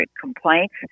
complaints